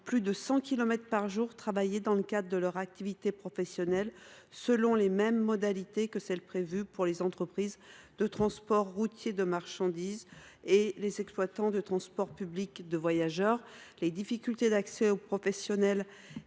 plus de 100 kilomètres par jour travaillé en moyenne dans le cadre de leur activité professionnelle, selon les mêmes modalités que celles prévues pour les entreprises de transports routiers de marchandises et les exploitants de transports publics de voyageurs. Les difficultés d’accès aux professionnels